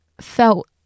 felt